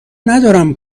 ندارم